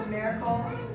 Miracles